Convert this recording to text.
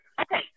Okay